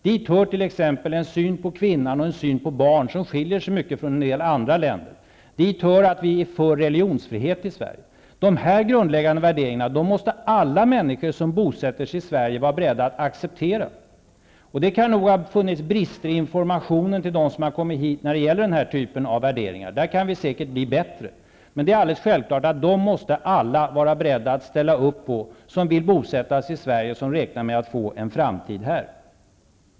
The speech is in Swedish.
Dit hör t.ex. en syn på kvinnan och barnen som skiljer sig mycket från en del andra länder. Dit hör att vi har religionsfrihet i Sverige. Dessa grundläggande värderingar måste alla människor som bosätter sig i Sverige vara beredda att acceptera. Det har nog funnits brister i informationen till dem som har kommit hit när det gäller den här typen av värderingar, men där kan vi säkert bli bättre. Det är alldeles självklart att alla måste vara beredda att ställa upp på dessa som vill bosätta sig i Sverige och räknar med att få en framtid här.